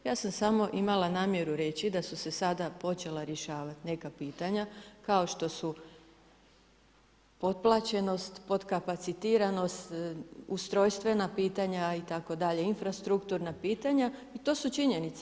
Ja sam samo imala namjeru reći da su se sada počela rješavati neka pitanja kao što su potplaćenost, potkapacitiranost, ustrojstvena pitanja itd. infrastrukturna pitanja i to su činjenice.